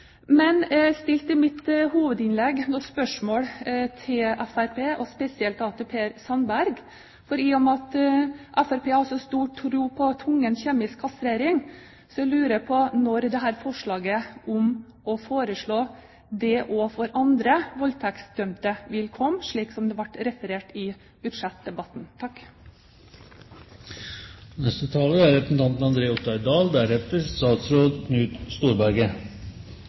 Jeg stilte i mitt hovedinnlegg noen spørsmål til Fremskrittspartiet, og spesielt til Per Sandberg. For i og med at Fremskrittspartiet har så stor tro på tvungen kjemisk kastrering, lurer jeg på når forslaget om å foreslå det også overfor andre voldtektsdømte kommer, slik det ble referert i budsjettdebatten. Jeg vil fra Høyres side bare understreke at vi tror at Fremskrittspartiet mener alvor med forslaget sitt. Det er